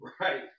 right